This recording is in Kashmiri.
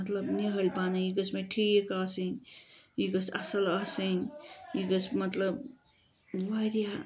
مطلب نِہٲلۍ بَنٕنۍ یہِ گٔژھ مےٚ ٹھیٖک آسٕنۍ یہِ گٔژھ اصل آسٕنۍ یہِ گٔژھ مطلب واریاہ